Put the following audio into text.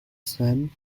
span